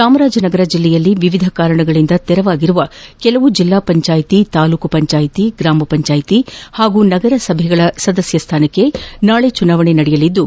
ಚಾಮರಾಜನಗರ ಜಿಲ್ಲೆಯಲ್ಲಿ ವಿವಿಧ ಕಾರಣಗಳಿಂದ ತೆರವಾಗಿರುವ ಕೆಲವು ಜಿಲ್ಲಾ ಪಂಚಾಯಿತಿ ತಾಲ್ಲೂಕು ಪಂಚಾಯಿತಿ ಗ್ರಾಮ ಪಂಚಾಯಿತ ಹಾಗೂ ನಗರಸಭೆಯ ಸದಸ್ಯ ಸ್ಥಾನಕ್ಷೆ ನಾಳೆ ಚುನಾವಣೆ ನಡೆಯಲಿದ್ದು